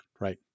right